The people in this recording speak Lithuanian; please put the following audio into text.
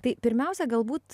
tai pirmiausia galbūt